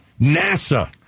NASA